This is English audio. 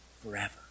Forever